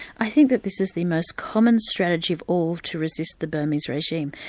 i think that this is the most common strategy of all to resist the burmese regime.